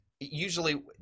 Usually